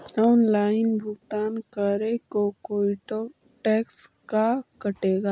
Online भुगतान करे को कोई टैक्स का कटेगा?